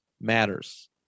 matters